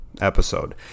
episode